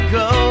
go